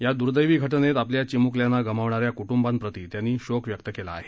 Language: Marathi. या द्र्दैवी घटनेत आपल्या चिम्कल्यांना गमावणाऱ्या क्ट्ंबाप्रती त्यांनी शोक व्यक्त केला आहे